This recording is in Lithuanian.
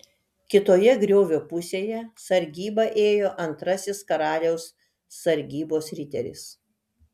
kitoje griovio pusėje sargybą ėjo antrasis karaliaus sargybos riteris